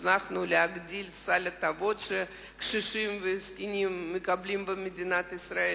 הצלחנו להגדיל את סל ההטבות שקשישים וזקנים מקבלים במדינת ישראל.